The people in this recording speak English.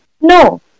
No